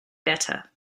better